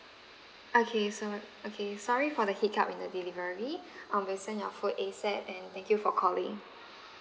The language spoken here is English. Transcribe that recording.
okay so uh okay sorry for the hiccup in the delivery um we'll send your food ASAP and thank you for calling